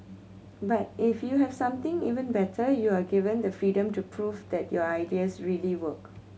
but if you have something even better you are given the freedom to prove that your ideas really work